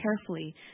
carefully